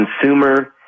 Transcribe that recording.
consumer